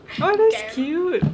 oh that's cute